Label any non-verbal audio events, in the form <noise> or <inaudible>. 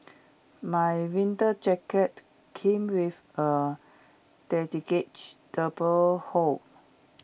my winter jacket came with A <unintelligible> hood